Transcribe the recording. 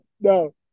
no